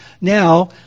Now